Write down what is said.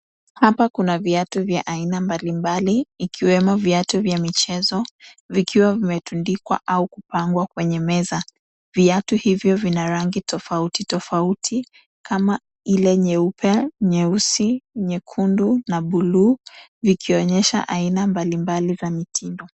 Hapa kuna viatu vya aina mbalimbali, ikiwemo viatu vya michezo, vikiwa vimetundikwa au kupangwa kwenye meza. Viatu hivyo vina rangi tofauti, tofauti kama ile nyeupe, nyeusi, nyekundu na bluu; vikionyesha aina mbalimbali vya mitindo.